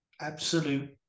absolute